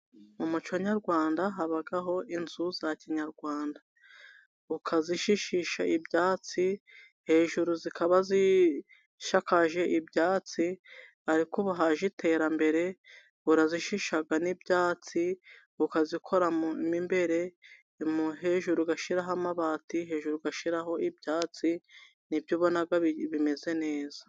Mu muco nyarwanda habaho inzu za kinyarwanda, ukazishishisha ibyatsi, hejuru zikaba zisakaje ibyatsi, ariko ubu haje iterambere, urazishisha n'ibyatsi, ukazikora mo imbere, hejuru ugashiraho amabati, hejuru ugashiraho ibyatsi, nibyo ubona bimeze neza.